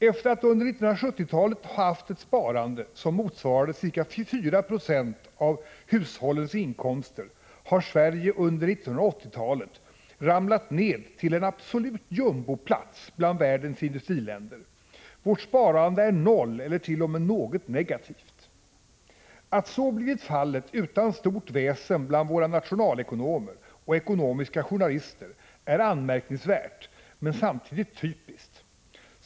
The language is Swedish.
Efter att under 1970-talet ha haft ett sparande som motsvarade ca 4 96 av hushållens inkomster har Sverige under 1980-talet ramlat ned till en absolut jumboplats bland världens industriländer; vårt sparande är noll ellert.o.m. något negativt. Att så blivit fallet utan stort väsen bland våra nationalekonomer och ekonomiska journalister är anmärkningsvärt, men samtidigt typiskt.